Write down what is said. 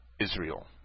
Israel